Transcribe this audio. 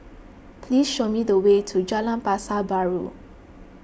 please show me the way to Jalan Pasar Baru